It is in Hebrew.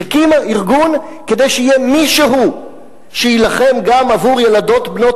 הקימה ארגון כדי שיהיה מישהו שיילחם גם עבור ילדות בנות